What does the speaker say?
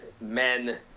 men